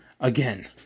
again